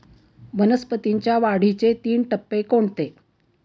वनस्पतींच्या वाढीचे तीन टप्पे कोणते?